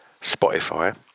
spotify